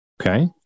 Okay